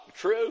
true